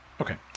Okay